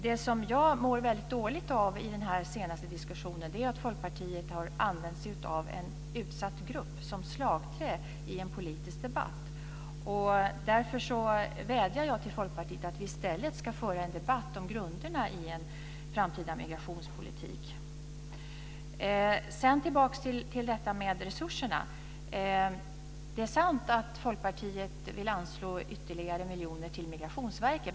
Det som jag mår väldigt dåligt av i den senaste diskussionen är att Folkpartiet har använt sig av en utsatt grupp som slagträ i en politisk debatt. Därför vädjar jag till Folkpartiet att vi i stället ska föra en debatt om grunderna i en framtida migrationspolitik. Sedan tillbaks till detta med resurserna. Det är sant att Folkpartiet vill anslå ytterligare miljoner till Migrationsverket.